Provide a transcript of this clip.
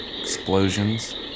Explosions